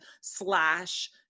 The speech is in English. slash